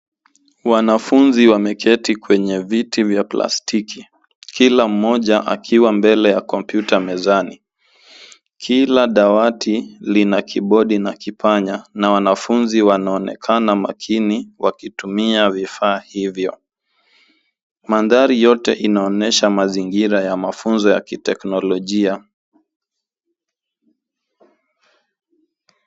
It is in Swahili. Wanafunzi wameketi kwenye viti vya plastiki, kila mmoja akiwa mbele ya kompyuta mezani. Kila dawati lina kibodi na kipanya, na wanafunzi wanaonekana makini wakitumia vifaa hivyo. Mandhari yote inaonyesha mafunzo ya kiteknologia.